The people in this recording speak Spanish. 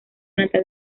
natal